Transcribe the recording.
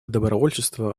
добровольчества